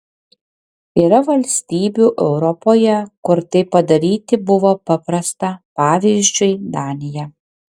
yra valstybių europoje kur tai padaryti buvo paprasta pavyzdžiui danija